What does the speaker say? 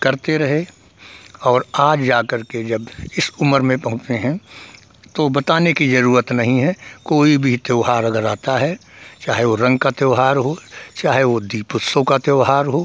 करते रहे और आज जाकर के जब इस उम्र में पहुँचे हैं तो बताने की ज़रूरत नहीं है कोई भी त्यौहार अगर आता है चाहे वह रंग का त्यौहार हो चाहे वह दीप उत्सव का त्यौहार हो